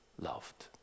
loved